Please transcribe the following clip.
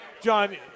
John